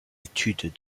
études